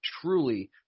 truly